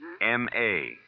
M-A